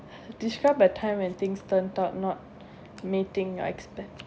describe a time when things turn out not meeting your expect